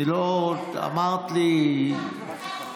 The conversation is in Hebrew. אני צעקתי לך.